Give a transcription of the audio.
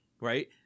right